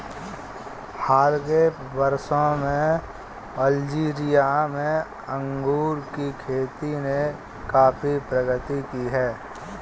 हाल के वर्षों में अल्जीरिया में अंगूर की खेती ने काफी प्रगति की है